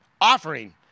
offering